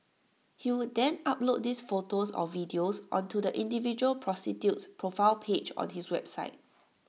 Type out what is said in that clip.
he would then upload these photos or videos onto the individual prostitute's profile page on his website